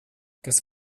kas